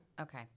Okay